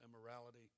immorality